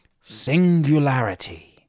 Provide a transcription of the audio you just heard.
singularity